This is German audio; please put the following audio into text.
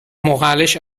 moralisch